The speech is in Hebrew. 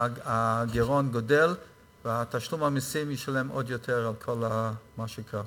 הגירעון גדל ומשלם המסים ישלם עוד יותר על כל מה שקרה.